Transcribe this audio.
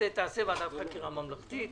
שאנחנו עדיין לא יודעים מי היא.